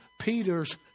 Peter's